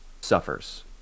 suffers